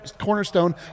cornerstone